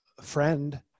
friend